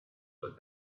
but